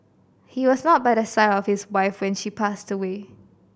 he was not by the side of his wife when she passed away